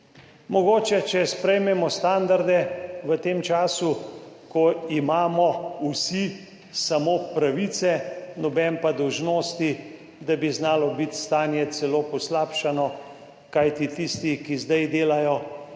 Mogoče, če sprejmemo standarde v tem času, ko imamo vsi samo pravice, noben pa dolžnosti, da bi znalo biti stanje celo poslabšano. Kajti, tisti, ki zdaj delajo